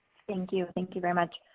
thank you, thank you very much.